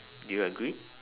do you agree